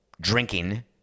drinking